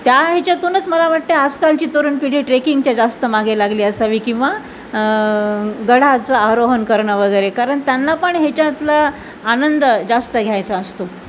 त्या ह्याच्यातूनच मला वाटते आजकालची तरुण पिढी ट्रेकिंगच्या जास्त मागे लागली असावी किंवा गडाचं आरोहण करणं वगैरे कारण त्यांना पण ह्याच्यातला आनंद जास्त घ्यायचा असतो